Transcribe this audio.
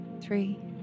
Three